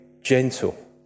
gentle